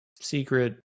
secret